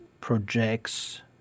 projects